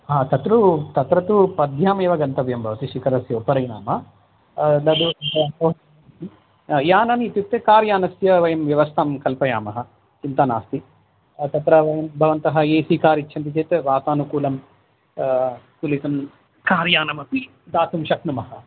हा तत्र तत्र तु पद्भ्यामेव गन्तव्यं भवति शिखरस्य उपरि नाम यानम् इत्युक्ते कार यानस्य वयं व्यवस्थां कल्पयामः चिन्ता नास्ति तत्र वयं भवन्तः ए सि कार् इच्छन्ति चेत् वातानुकूलं कलितं कार् यनमपि दातुं शक्नुमः